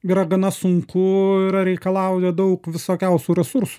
yra gana sunku yra reikalauja daug visokiausių resursų